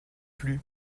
plus